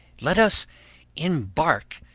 let us embark,